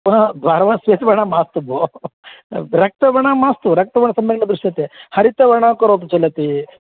गर्वस्यच वर्णः मास्तु भोः रक्तवर्ः मास्तु रक्तवर्णः सम्यक् न दृश्यते हरितवर्णः कोपि चलति